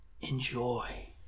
Enjoy